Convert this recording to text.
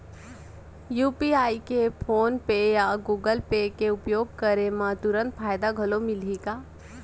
UPI के PhonePe या Google Pay के उपयोग करे म तुरंत फायदा घलो मिलही का?